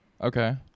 okay